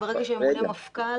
ברגע שימונה מפכ"ל